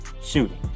Shooting